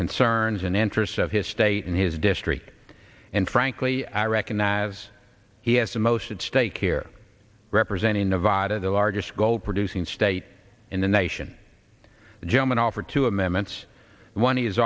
concerns and interests of his state and his district and frankly i recognize he has a most at stake here representing nevada the largest coal producing state in the nation german offered two amendments one is